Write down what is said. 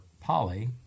poly